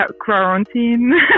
quarantine